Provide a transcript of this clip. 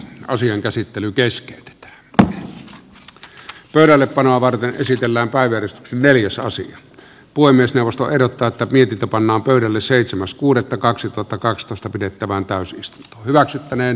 asian käsittely keskeytetä ta pöydällepanoa varten esitellään päivitys neliosasi puhemiesneuvosto ehdottaatavilta pannaan pöydälle seitsemäs kuudetta kaksituhattakaksitoista pidettävään pääsystä hyväksyttäneen